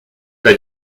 pas